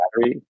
battery